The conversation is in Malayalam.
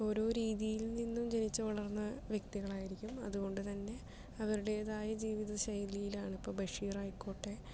ഓരോ രീതിയിൽ നിന്നും ജനിച്ചു വളർന്ന വ്യക്തികൾ ആയിരിക്കും അതു കൊണ്ട് തന്നെ അവരുടേതായ ജീവിത ശൈലിയിൽ ആണ് ഇപ്പം ബഷീർ ആയിക്കോട്ടെ